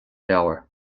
leabhar